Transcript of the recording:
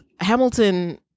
Hamilton